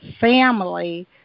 family